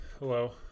Hello